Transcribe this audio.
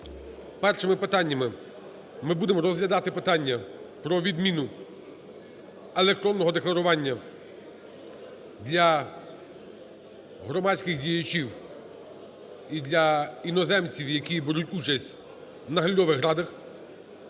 першими питаннями ми будемо розглядати питання про відміну електронного декларування для громадських діячів і для іноземців, які беруть участь в наглядових радах.